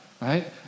Right